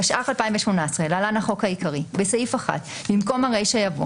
התשע"ח-2018 (להלן החוק העיקרי) בסעיף 1 במקום הרישה יבוא